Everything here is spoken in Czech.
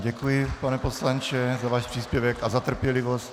Děkuji vám, pane poslanče, za váš příspěvek a za trpělivost.